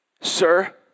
Sir